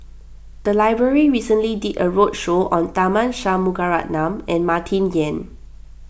the library recently did a roadshow on Tharman Shanmugaratnam and Martin Yan